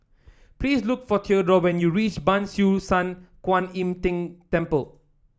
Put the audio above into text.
please look for Theodore when you reach Ban Siew San Kuan Im Tng Temple